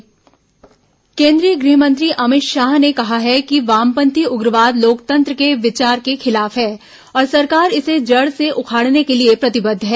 गृहमंत्री वाम उग्रवाद बैठक केंद्रीय गृहमंत्री अमित शाह ने कहा है कि वामपंथी उग्रवाद लोकतंत्र के विचार के खिलाफ है और सरकार इसे जड़ से उखाड़ने के लिए प्रतिबद्ध है